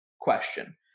question